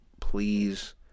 please